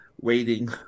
waiting